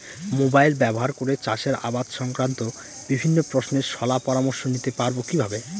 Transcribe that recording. Mobile ব্যাবহার করে চাষের আবাদ সংক্রান্ত বিভিন্ন প্রশ্নের শলা পরামর্শ নিতে পারবো কিভাবে?